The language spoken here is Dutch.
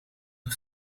een